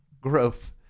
growth